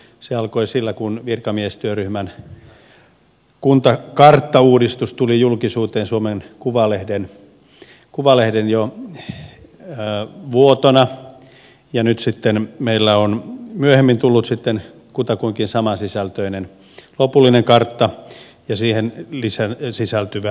se alkoi sillä kun virkamiestyöryhmän kuntakarttauudistus tuli julkisuuteen suomen kuvalehden vuotona ja nyt sitten meillä on myöhemmin tullut kutakuinkin samansisältöinen lopullinen kartta ja siihen sisältyvä selvitysosa